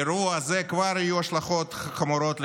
לאירוע הזה כבר יהיו השלכות חמורות על